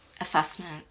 assessment